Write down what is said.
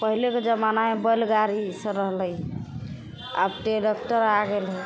पहिलेके जमानामे बैलगाड़ी ई सब रहलै आब ट्रैक्टर आ गेल हइ